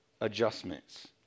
adjustments